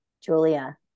Julia